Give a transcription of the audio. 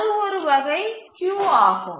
இது ஒரு வகை கியூ ஆகும்